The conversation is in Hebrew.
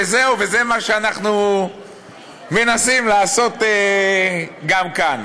וזהו, זה מה שאנחנו מנסים לעשות גם כאן.